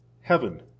heaven